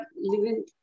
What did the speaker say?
living